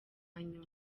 nyuma